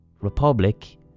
republic